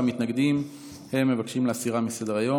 והמתנגדים מבקשים להסירה מסדר-היום.